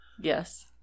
Yes